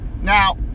Now